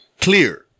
clear